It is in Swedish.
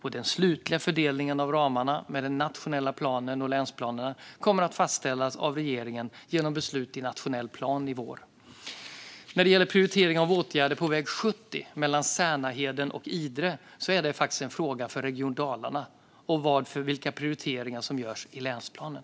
Den slutliga fördelningen av ramar mellan den nationella planen och länsplanerna kommer att fastställas av regeringen genom beslut i nationell plan nu i vår. Prioriteringen av åtgärder på väg 70 mellan Särnaheden och Idre är en fråga för Region Dalarna. Det handlar om vilka prioriteringar som görs i länsplanen.